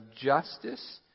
justice